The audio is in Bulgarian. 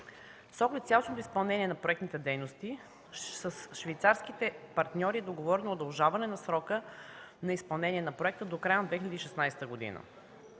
С оглед цялостното изпълнение на проектните дейности с швейцарските партньори е договорено удължаване на срока на изпълнение на проекта до края на 2016 г.